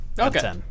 Okay